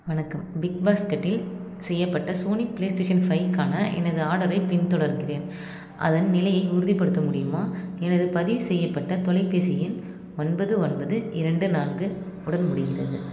வணக்கம் பிக்பாஸ்கெட்டில் செய்யப்பட்ட சோனி ப்ளே ஸ்டேஷன் ஃபைக்கான எனது ஆர்டரைப் பின்தொடர்கிறேன் அதன் நிலையை உறுதிப்படுத்த முடியுமா எனது பதிவுசெய்யப்பட்ட தொலைபேசி எண் ஒன்பது ஒன்பது இரண்டு நான்கு உடன் முடிகிறது